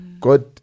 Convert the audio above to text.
God